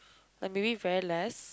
like maybe very less